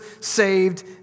saved